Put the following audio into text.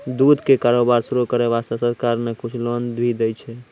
दूध के कारोबार शुरू करै वास्तॅ सरकार न कुछ लोन भी दै छै